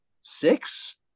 six